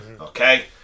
Okay